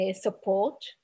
support